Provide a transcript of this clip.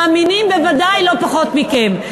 מאמינים בוודאי לא פחות מכם.